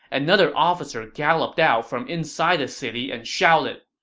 another officer galloped out from inside the city and shouted,